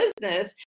business